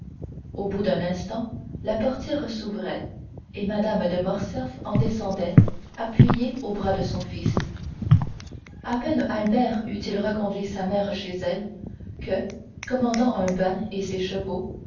au bout d'un instant la portière s'ouvrait et mme de morcerf en descendait appuyée au bras de son fils à peine albert eut-il reconduit sa mère chez elle que commandant un bain et ses